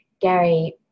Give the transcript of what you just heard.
Gary